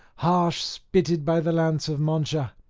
harsh spitted by the lance of mancha,